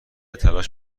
تلاش